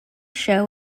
show